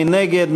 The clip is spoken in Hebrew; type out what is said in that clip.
מי נגד?